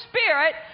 Spirit